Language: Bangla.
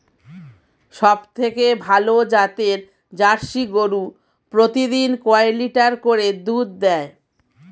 সবথেকে ভালো জাতের জার্সি গরু প্রতিদিন কয় লিটার করে দুধ দেয়?